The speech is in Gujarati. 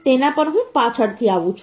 તેના પર હું પાછળથી આવું છું